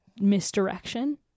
misdirection